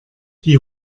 die